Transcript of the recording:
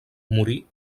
morí